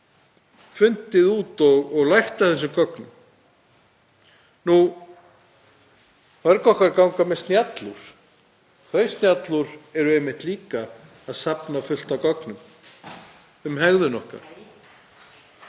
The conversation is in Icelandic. fundið út og lært af þessum gögnum. Mörg okkar ganga með snjallúr. Þau snjallúr eru einmitt líka að safna fullt af gögnum um hegðun okkar.